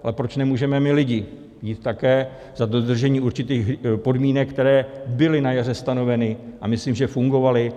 Ale proč nemůžeme my lidé jít také za dodržení určitých podmínek, které byly na jaře stanoveny, a myslím, že fungovaly?